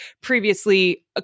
previously